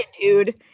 dude